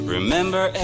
Remember